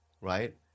right